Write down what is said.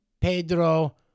Pedro